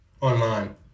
online